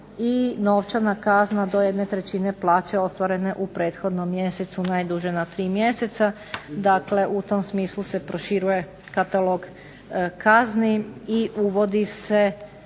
I novčana kazna do jedne trećine plaće ostvarene u prethodnom mjesecu najduže do tri mjeseca. Dakle, u tom smislu se proširuje katalog kazni i uvodi se